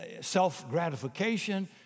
self-gratification